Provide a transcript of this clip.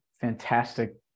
fantastic